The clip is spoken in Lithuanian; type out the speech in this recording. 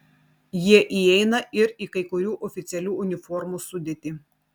jie įeina ir į kai kurių oficialių uniformų sudėtį